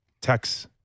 text